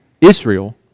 Israel